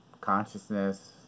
consciousness